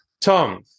Tom